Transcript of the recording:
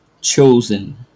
chosen